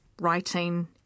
writing